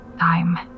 time